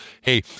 Hey